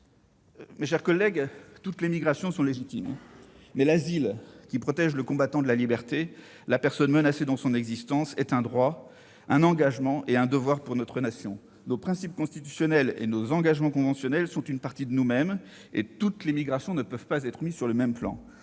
de procédures ! Toutes les migrations sont légitimes, mes chers collègues. Mais l'asile, qui protège le combattant de la liberté, la personne menacée dans son existence, est un droit, un engagement et un devoir pour notre nation. Nos principes constitutionnels et nos engagements conventionnels sont une partie de nous-mêmes. Ainsi, toutes les migrations ne peuvent pas être mises sur le même plan.